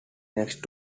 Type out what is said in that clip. next